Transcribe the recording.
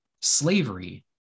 slavery